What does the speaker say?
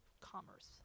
commerce